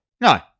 No